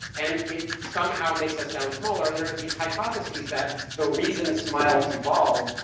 and it somehow makes us sound smaller. and there are these hypotheses that the reason smiles evolved.